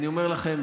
אני אומר לכם,